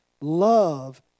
Love